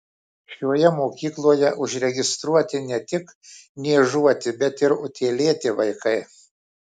šioje mokykloje užregistruoti ne tik niežuoti bet ir utėlėti vaikai